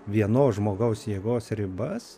vienos žmogaus jėgos ribas